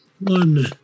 One